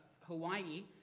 Hawaii